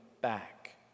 back